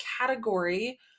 category